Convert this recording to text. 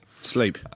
Sleep